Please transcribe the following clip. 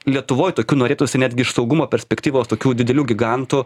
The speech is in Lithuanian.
lietuvoj tokių norėtųsi netgi iš saugumo perspektyvos tokių didelių gigantų